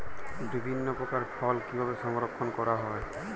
বিভিন্ন প্রকার ফল কিভাবে সংরক্ষণ করা হয়?